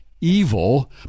evil